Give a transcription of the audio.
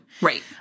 right